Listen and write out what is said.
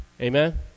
Amen